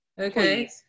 okay